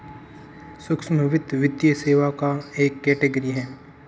सूक्ष्म वित्त, वित्तीय सेवाओं का एक कैटेगरी है